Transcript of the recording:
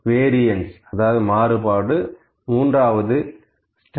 variance மாறுபாடு 3